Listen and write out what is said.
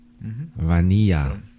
Vanilla